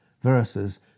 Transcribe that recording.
verses